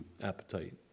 appetite